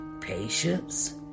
patience